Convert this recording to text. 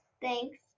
Thanks